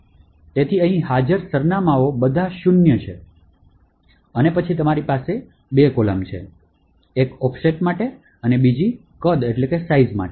તેથી અહીં હાજર સરનામાંઓ બધા શૂન્ય છે અને પછી તમારી પાસે બે કોલમ છે એક ઑફસેટ માટે અને બીજી કદ માટે